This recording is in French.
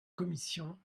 commission